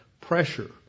pressure